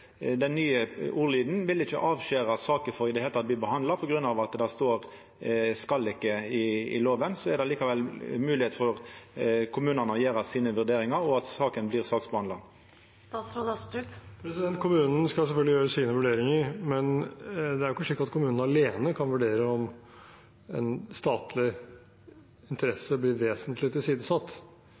den nye ordlyden ikkje vil avskjera saker frå i det heile å bli behandla. På grunn av at det står «skal ikke» i loven, er det likevel moglegheit for kommunane å gjera sine vurderingar, og at saka blir behandla. Kommunen skal selvfølgelig gjøre sine vurderinger, men det er jo ikke slik at kommunene alene kan vurdere om en statlig interesse blir vesentlig tilsidesatt.